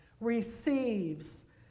receives